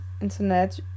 internet